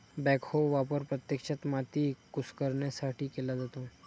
backhoe वापर प्रत्यक्षात माती कुस्करण्यासाठी केला जातो